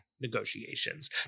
negotiations